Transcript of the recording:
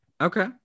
Okay